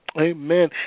Amen